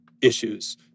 issues